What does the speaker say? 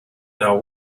now